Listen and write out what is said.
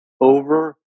over